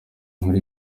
nkuru